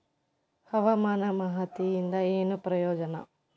ಹವಾಮಾನ ಮಾಹಿತಿಯಿಂದ ಏನು ಪ್ರಯೋಜನ?